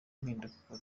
impinduka